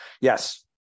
yes